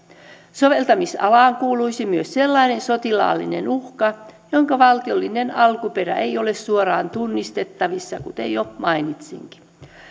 soveltamisalaan kuuluisi myös sellainen sotilaallinen uhka jonka valtiollinen alkuperä ei ole suoraan tunnistettavissa kuten jo mainitsinkin